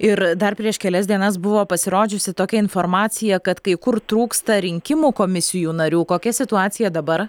ir dar prieš kelias dienas buvo pasirodžiusi tokia informacija kad kai kur trūksta rinkimų komisijų narių kokia situacija dabar